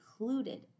included